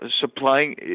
supplying